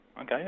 Okay